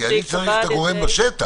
כי אני צריך את הגורם בשטח